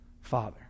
Father